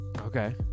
Okay